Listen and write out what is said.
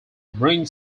bring